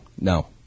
No